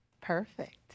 Perfect